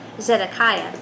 Zedekiah